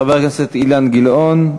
חבר הכנסת אילן גילאון,